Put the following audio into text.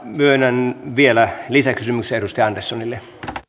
myönnän vielä lisäkysymyksen edustaja anderssonille